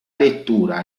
lettura